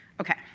Okay